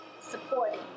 supporting